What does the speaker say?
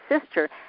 sister